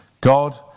God